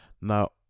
Now